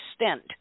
extent